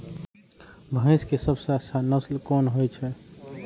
भैंस के सबसे अच्छा नस्ल कोन होय छे?